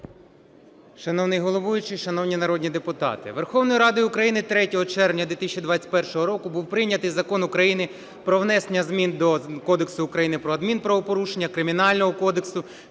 Шановний головуючий, шановні народні депутати, Верховною Радою України 3 червня 2021 року був прийнятий Закон України "Про внесення змін до Кодексу України про адмінправопорушення, Кримінального кодексу